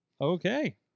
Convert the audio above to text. okay